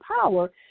Power